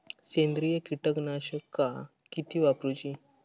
सेंद्रिय कीटकनाशका किती वापरूची?